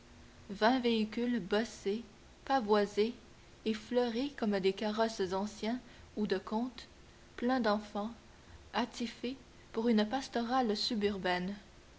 vingt véhicule bossés pavoisés et fleuris comme des carrosses anciens ou de contes pleins d'enfants attifés pour une pastorale suburbaine